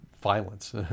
violence